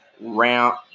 round